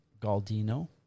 Galdino